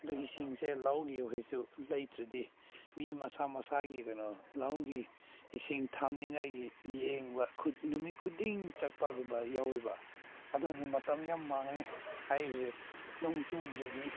ꯑꯗꯨ ꯏꯁꯤꯡꯁꯦ ꯂꯧꯒꯤ ꯍꯧꯖꯤꯛꯁꯨ ꯂꯩꯇ꯭ꯔꯗꯤ ꯃꯤ ꯃꯁꯥ ꯃꯁꯥꯒꯤ ꯀꯩꯅꯣ ꯂꯧꯒꯤ ꯏꯁꯤꯡ ꯊꯝꯅꯤꯡꯉꯥꯏꯒꯤ ꯌꯦꯡꯕ ꯅꯨꯃꯤꯠ ꯈꯨꯗꯤꯡ ꯆꯠꯄꯒꯨꯝꯕ ꯌꯥꯎꯋꯦꯕ ꯑꯗꯨꯗꯤ ꯃꯇꯝ ꯌꯥꯝ ꯃꯥꯡꯉꯦ ꯍꯥꯏꯕꯁꯦ ꯅꯣꯡ ꯆꯨꯗ꯭ꯔꯗꯤ